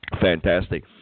Fantastic